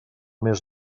més